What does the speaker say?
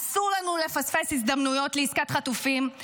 אסור לנו לפספס הזדמנויות לעסקת חטופים.